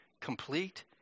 complete